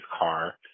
car